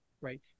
Right